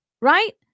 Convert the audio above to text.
Right